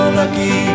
lucky